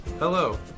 Hello